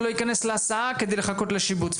או לא ייכנס להסעה כדי לחכות לשיבוץ.